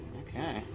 okay